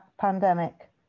pandemic